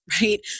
right